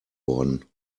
worden